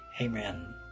amen